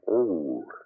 old